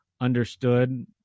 understood